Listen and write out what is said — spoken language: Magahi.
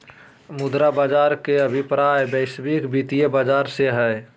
मुद्रा बाज़ार के अभिप्राय वैश्विक वित्तीय बाज़ार से हइ